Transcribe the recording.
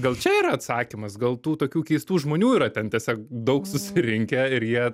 gal čia yra atsakymas gal tų tokių keistų žmonių yra ten tiesiog daug susirinkę ir jie